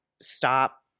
stop